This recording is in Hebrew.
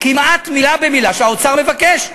כמעט מילה במילה מה שהאוצר מבקש.